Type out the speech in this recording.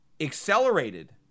accelerated